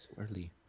early